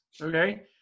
okay